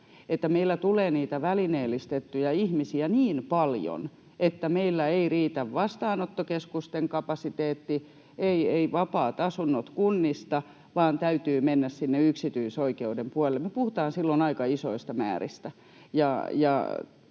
meille tulee niitä välineellistettyjä ihmisiä niin paljon, että meillä ei riitä vastaanottokeskusten kapasiteetti, eivät vapaat asunnot kunnissa vaan täytyy mennä sinne yksityisoikeuden puolelle. Me puhutaan silloin aika isoista määristä,